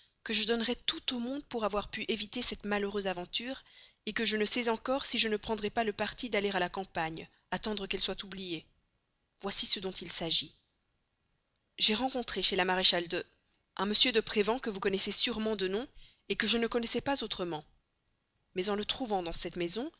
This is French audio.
que je donnerais tout au monde pour avoir pu éviter cette malheureuse aventure que je ne sais encore si je ne prendrai pas le parti d'aller attendre à la campagne qu'elle soit oubliée voici ce dont il s'agit j'ai rencontré chez la maréchale de un m de prévan que vous connaissez sûrement de nom que je ne connaissais pas autrement mais en le trouvant dans cette maison